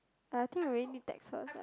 I think I really need taxes ah